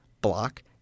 block